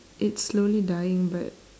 it's slowly dying but